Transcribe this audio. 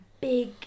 big